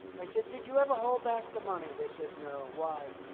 i said, did you ever hold back the money? they said, no, why?